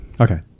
Okay